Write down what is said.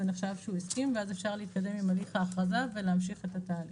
זה נחשב שהוא הסכים ואז אפשר להתקדם עם הליך האכרזה ולהמשיך את התהליך.